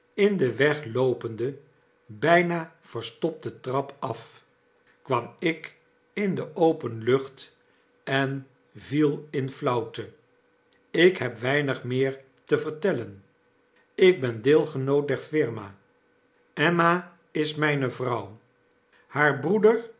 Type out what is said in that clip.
in den weg loopenden byna verstopte trap af kwam in de open lucht en viel in flauwte ik heb weinig meer te vertellen ik ben deelgenoot der firma emma is mijne vrouw haar broeder